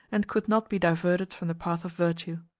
and could not be diverted from the path of virtue.